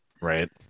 right